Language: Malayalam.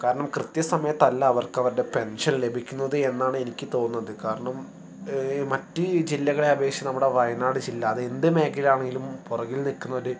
കാരണം കൃത്യ സമയത്തല്ല അവർക്ക് അവരുടെ പെൻഷൻ ലഭിക്കുന്നത് എന്നാണ് എനിക്ക് തോന്നുന്നത് കാരണം മറ്റ് ജില്ലകളെ അപേക്ഷിച്ച് നമ്മുടെ വയനാട് ജില്ല അത് എന്ത് മേഖല ആണെങ്കിലും പുറകിൽ നിൽക്കുന്നൊരു